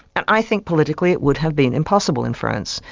and i think politically it would have been impossible in france,